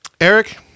Eric